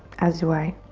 as do i.